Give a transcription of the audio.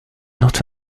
not